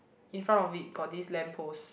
in front of it got this lamp post